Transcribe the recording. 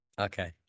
Okay